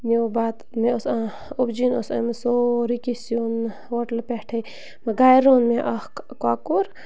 نیٛوٗ بَتہٕ مےٚ اوس اوب جِین اوس أنۍمٕژ سورُے کیٚنٛہہ سِیُن ہوٹلہٕ پؠٹھٕے گرِِ روٚن مےٚ اَکھ کۄکُر